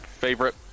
Favorite